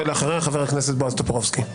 ואחריה חבר הכנסת בועז טופורובסקי.